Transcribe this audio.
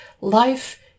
life